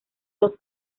dos